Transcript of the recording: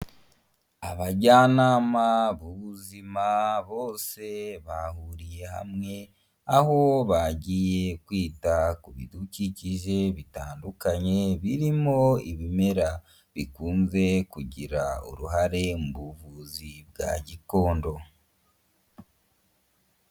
Abajyanama b'ubuzima bose bahuriye hamwe, aho bagiye kwita ku bidukikije bitandukanye, birimo ibimera bikunze kugira uruhare mu buvuzi bwa gitondo.